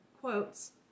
quotes